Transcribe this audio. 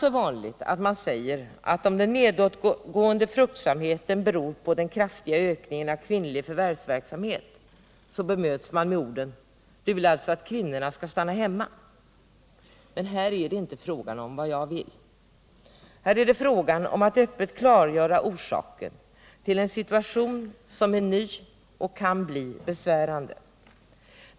Men när man säger att den nedåtgående fruktsamheten beror på den kraftiga ökningen av kvinnlig förvärvsverksamhet är det alltför vanligt att man möts av frågan: Vill du då att kvinnorna skall stanna hemma? Här är det dock inte fråga om vad jag vill, utan det gäller att klargöra orsakerna till en ny situation som kan bli besvärande.